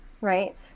right